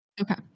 Okay